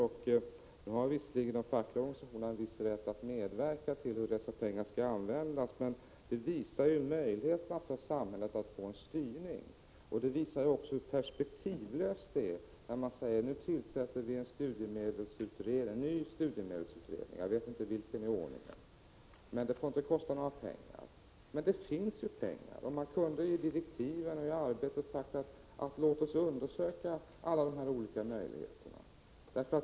Nu har visserligen de fackliga organisationerna en viss rätt att medverka vid besluten om hur dessa pengar skall användas. Men här öppnar sig möjligheterna för samhället att få till stånd en styrning, och det visar sig också hur perspektivlöst det är att säga att nu tillsätter vi en ny studiemedelsutred ning — jag vet inte vilken i ordningen — men det får inte kosta några pengar. — Prot. 1985/86:130 Emellertid finns det pengar, och man kunde i direktiven ha sagt: Låt oss 29 april 1986 undersöka alla de olika möjligheterna!